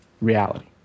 reality